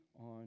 on